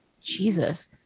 Jesus